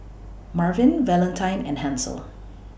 Marvin Valentine and Hansel